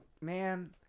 Man